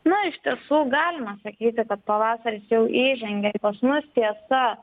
na iš tiesų galima sakyti kad pavasaris jau įžengė pas mus tiesa